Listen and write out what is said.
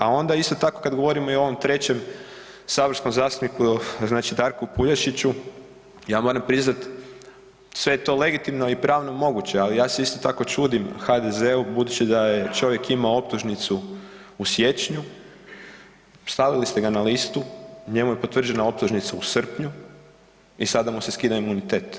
A onda isto tako kad govorimo i o ovom trećem saborskom zastupniku znači Darku Puljašiću, ja moram priznat sve je to legitimno i pravno moguće, ali ja se isto tako čudim HDZ-u budući da je čovjek imao optužnicu u siječnju, stavili ste ga na listu, njemu je potvrđena optužnica u srpnju i sada mu se skida imunitet.